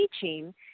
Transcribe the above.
teaching